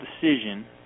decision